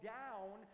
down